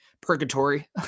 purgatory